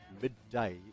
Midday